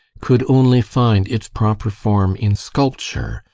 could only find its proper form in sculpture,